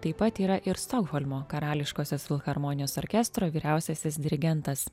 taip pat yra ir stokholmo karališkosios filharmonijos orkestro vyriausiasis dirigentas